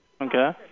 Okay